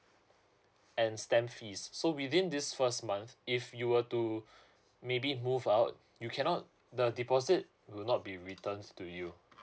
and stand fees so within this first month if you were to maybe move out you cannot the deposit will not be returned to you